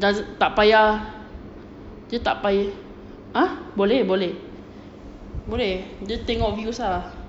just tak payah kita tak payah !huh! boleh boleh boleh dia tengok views ah